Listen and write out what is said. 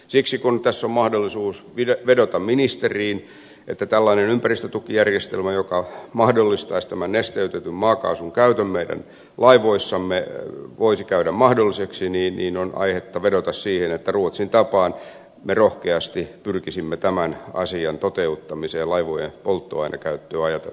siksi kun tässä on mahdollisuus vedota ministeriin että tällainen ympäristötukijärjestelmä joka mahdollistaisi tämän nesteytetyn maakaasun käytön meidän laivoissamme voisi käydä mahdolliseksi on aihetta vedota siihen että ruotsin tapaan me rohkeasti pyrkisimme tämän asian toteuttamiseen laivojen polttoainekäyttöä ajatellen itämerellä